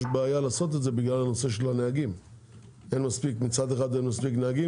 יש בעיה לעשות את זה בגלל שמצד אחד אין מספיק נהגים,